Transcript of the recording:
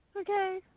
Okay